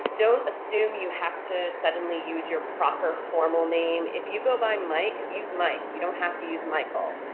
don't assume you have to suddenly use your proper formal name if you go by mike, use mike, you don't have to use michael.